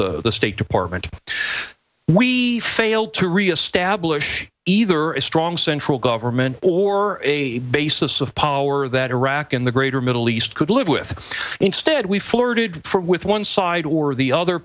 the state department we failed to reestablish either a strong central government or a basis of power that iraq in the greater middle east could live with instead we flirted with one side or the other